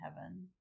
heaven